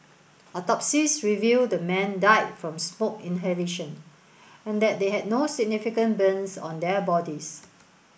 autopsies revealed the men died from smoke inhalation and that they had no significant burns on their bodies